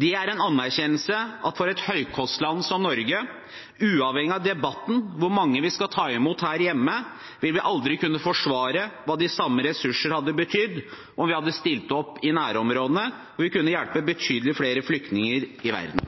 Det er en erkjennelse for et høykostland som Norge, uavhengig av debatten om hvor mange vi skal ta imot her hjemme, at vi vil aldri kunne forsvare hva de samme ressurser hadde betydd om vi hadde stilt opp i nærområdene, hvor vi kunne hjulpet betydelig flere flyktninger i verden.